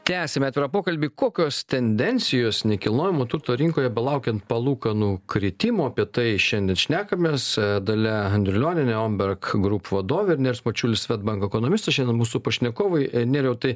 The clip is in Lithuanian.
tęsiame pokalbį kokios tendencijos nekilnojamo turto rinkoje belaukiant palūkanų kritimo apie tai šiandien šnekamės dalia andriulionienė omberg group vadovė ir nors nerijus mačiulis swedbank ekonomistas šiandien mūsų pašnekovai nerijau tai